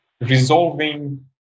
resolving